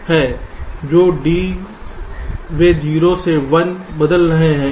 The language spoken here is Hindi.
तो D वे 0 से 1 बदल रहे हैं